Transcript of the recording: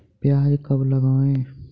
प्याज कब लगाएँ?